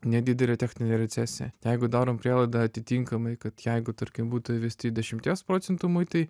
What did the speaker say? nedidelę techninę recesiją jeigu darom prielaidą atitinkamai kad jeigu tarkim būtų įvesti dešimties procentų muitai